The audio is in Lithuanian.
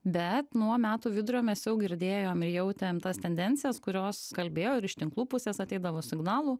bet nuo metų vidurio mes jau girdėjom ir jautėm tas tendencijas kurios kalbėjo ir iš tinklų pusės ateidavo signalų